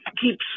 keeps